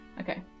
Okay